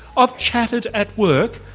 i've chatted at work,